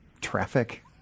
traffic